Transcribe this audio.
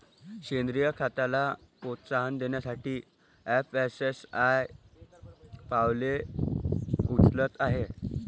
सेंद्रीय खताला प्रोत्साहन देण्यासाठी एफ.एस.एस.ए.आय पावले उचलत आहे